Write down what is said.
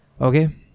okay